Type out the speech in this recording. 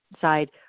side